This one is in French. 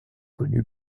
connu